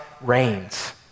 reigns